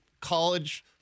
college